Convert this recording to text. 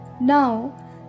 Now